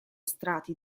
strati